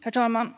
Herr talman!